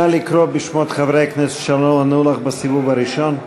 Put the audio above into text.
נא לקרוא בשמות חברי הכנסת שלא ענו לך בסיבוב הראשון.